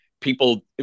people